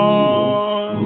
on